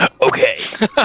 Okay